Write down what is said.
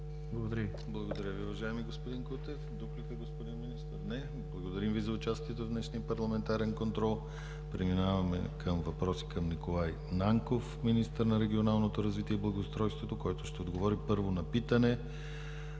Благодаря Ви, уважаеми господин Кутев. Дуплика, господин Министър? Не. Благодарим Ви за участието в днешния парламентарен контрол. Преминаваме към въпроси към Николай Нанков – министър на регионалното развитие и благоустройството, който ще отговори, първо, на питане